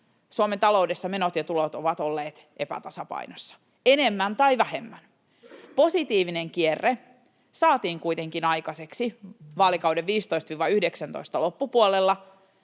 Suomen taloudessa menot ja tulot ovat olleet epätasapainossa, enemmän tai vähemmän. Positiivinen kierre saatiin kuitenkin aikaiseksi vaalikauden 15—19 loppupuolella,